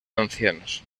ancianos